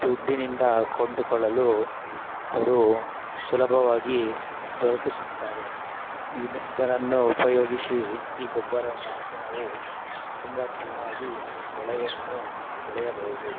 ದುಡ್ಡಿನಿಂದ ಕೊಂಡುಕೊಳ್ಳಲು ಅವರು ಸುಲಭವಾಗಿ ದೊರಕಿಸುತ್ತಾರೆ ಇದನ್ನು ಉಪಯೋಗಿಸಿ ಈ ಗೊಬ್ಬರವನ್ನು ಹಾಕಿ ನಾವು ತುಂಬ ಚೆನ್ನಾಗಿ ಬೆಳೆಯನ್ನು ಬೆಳೆಯಬಹುದು